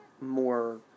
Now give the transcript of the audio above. more